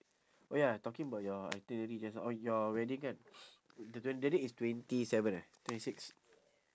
oh ya talking about your itinerary just now on your wedding kan the the the date is twenty seven eh twenty six